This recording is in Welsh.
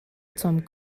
tom